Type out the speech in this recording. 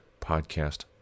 podcast